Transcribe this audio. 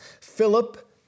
Philip